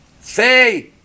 Say